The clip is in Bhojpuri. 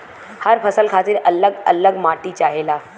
हर फसल खातिर अल्लग अल्लग माटी चाहेला